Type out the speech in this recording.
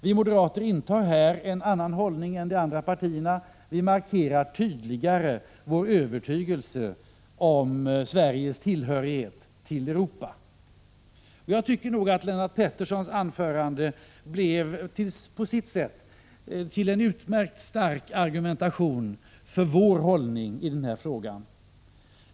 Vi moderater intar här en annan hållning än de andra partierna. Vi markerar tydligare vår övertygelse om Sveriges tillhörighet till Europa. Jag tycker att Lennart Petterssons anförande på sitt sätt blev en utmärkt stark argumentation för vår hållning i denna fråga.